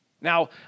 Now